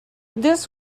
this